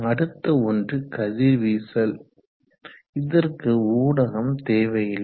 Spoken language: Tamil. அடுத்த ஒன்று கதிர்வீசல் இதற்கு ஊடகம் தேவையில்லை